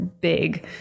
big